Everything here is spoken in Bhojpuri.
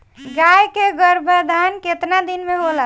गाय के गरभाधान केतना दिन के होला?